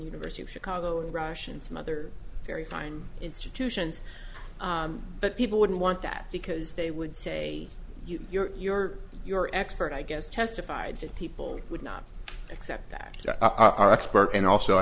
university of chicago and russian's mother very fine institutions but people wouldn't want that because they would say your your your expert i guess testified that people would not accept that our expert and also i